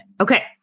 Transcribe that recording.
Okay